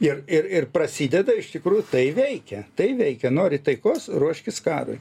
ir ir ir prasideda iš tikrųjų tai veikia tai veikia nori taikos ruoškis karui